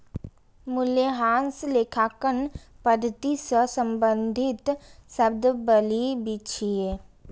मूल्यह्रास लेखांकन पद्धति सं संबंधित शब्दावली छियै